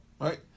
Right